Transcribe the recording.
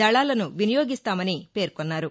దళాలను వినియోగిస్తామని పేర్కొన్నారు